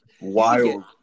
Wild